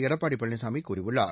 எடப்பாடி பழனிசாமி கூறியுள்ளார்